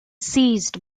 seized